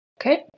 Okay